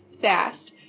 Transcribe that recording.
Fast